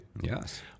Yes